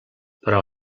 però